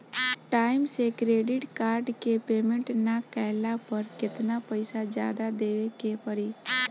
Time से credit card के payment ना कैला पर केतना पईसा जादे देवे के पड़ी?